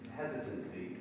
hesitancy